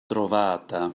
trovata